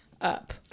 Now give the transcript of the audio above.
up